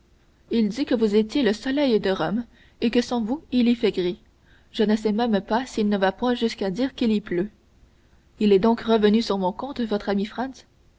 il dit que vous étiez le soleil de rome et que sans vous il y fait gris je ne sais même pas s'il ne va point jusqu'à dire qu'il y pleut il est donc revenu sur mon compte votre ami